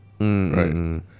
Right